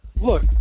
look